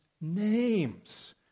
names